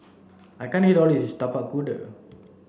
I can't eat all of this Tapak Kuda